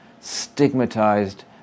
stigmatized